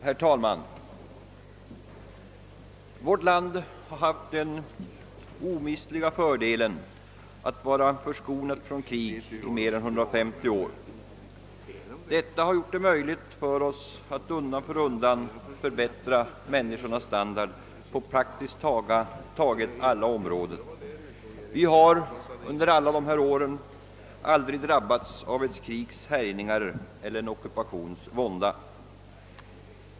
Herr talman! Vårt land har haft den omistliga fördelen att vara förskonat från krig i mer än 150 år. Detta har gjort det möjligt för oss att undan för undan förbättra människornas standard på praktiskt taget alla områden. Vi har under alla dessa år aldrig drabbats av ett krigs härjningar eller en ockupations vånda.